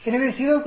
எனவே 0